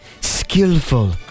skillful